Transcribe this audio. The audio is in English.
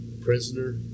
prisoner